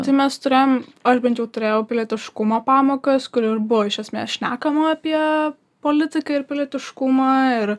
tai mes turėjom aš bent jau turėjau pilietiškumo pamokas kur ir buvo iš esmės šnekama apie politiką ir pilietiškumą ir